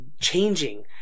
changing